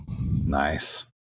Nice